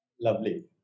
Lovely